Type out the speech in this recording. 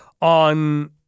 on